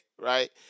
right